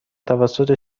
توسط